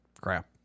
crap